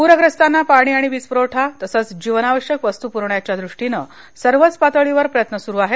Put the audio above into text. प्रग्रस्तांना पाणी आणि वीज प्रखठा तसंच जीवनावश्यक वस्तू पुरवण्याच्या दृष्टीने सर्वच पातळीवर प्रयत्न सुरू आहेत